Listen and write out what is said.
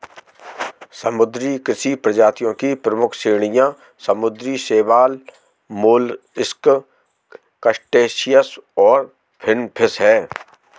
समुद्री कृषि प्रजातियों की प्रमुख श्रेणियां समुद्री शैवाल, मोलस्क, क्रस्टेशियंस और फिनफिश हैं